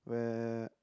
where